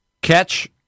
Catch